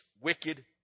wicked